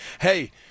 Hey